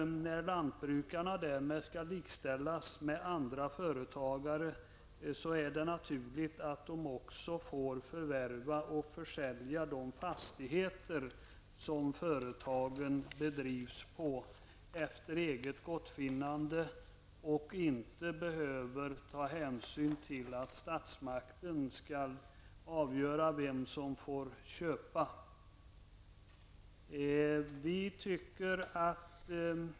När lantbrukarna därmed skall likställas med andra företagare, är det naturligt att de även efter eget gottfinnande får förvärva och försälja de fastigheter som företagen bedrivs på och inte behöver ta hänsyn till att statsmakten skall avgöra vem som får köpa.